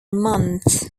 month